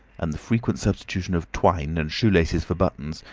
and the frequent substitution of twine and shoe-laces for buttons,